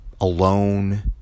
alone